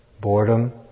boredom